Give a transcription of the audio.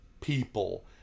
people